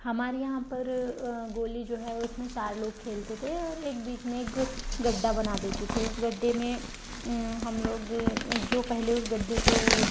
हमारे यहाँ पर गोली जो है उसमें चार लोग खेलते थे और एक बीच में एक गड्ढा बना देते थे उस गड्ढे में हम लोग जो पहले उस गड्ढे को